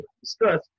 discuss